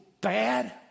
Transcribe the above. bad